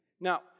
Now